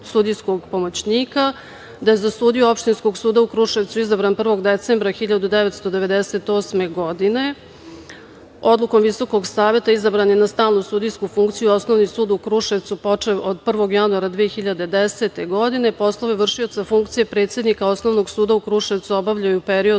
da je za sudiju Opštinskog suda u Kruševcu izabran 1. decembra 1998. godine. Odlukom Visokog saveta izabran je na stalnu sudijsku funkciju Osnovni sud u Kruševcu počev od 1. januara 2010. godine. Poslovi vršioca funkcije predsednika Osnovnog suda u Kruševcu obavljao je u periodu